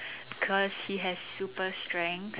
because he has super strength